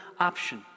option